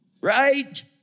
Right